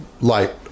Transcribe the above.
light